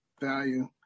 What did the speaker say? value